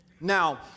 Now